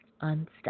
unstuck